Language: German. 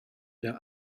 der